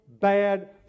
bad